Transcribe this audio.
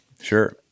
Sure